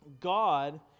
God